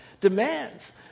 demands